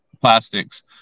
plastics